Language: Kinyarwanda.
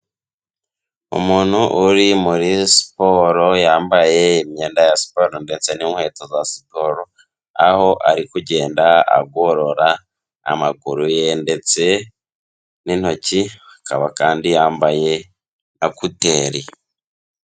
Umuntu uri muri sporo, yambaye imyenda ya siporo ndetse n'inkweto za siporo, aho ari kugenda agorora amaguru ye ndetse n'intoki, akaba kandi yambaye na kuteri.